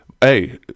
hey